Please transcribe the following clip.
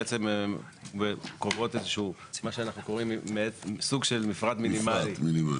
שקובעות איזשהו סוג של "מפרט מינימלי",